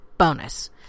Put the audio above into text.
bonus